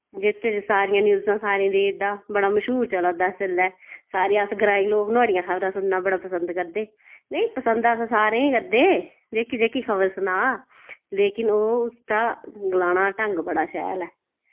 जित च सारियां न्यूजां सारें दे दा बड़ा मश्हूर चला दा इसलै सारे अस ग्राईं लोक नुआढ़ियां खबरां सुनना बड़ा पसंद करदे नेईं पसंद अस सारें ई करदे जेह्की जेह्की खबर सना लेकिन ओ उसदा गलाने दा ढंग बड़ा शैल ऐ